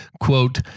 quote